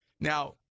Now